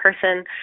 person